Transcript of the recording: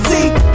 See